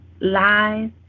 lies